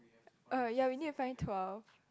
uh ya we need to find twelve